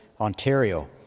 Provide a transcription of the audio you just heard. Ontario